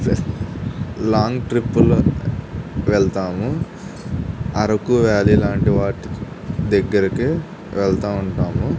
long ట్రిప్పులో వెళతాము Araku valley లాంటి వాటి దగ్గరికే వెళతాను ఉంటాము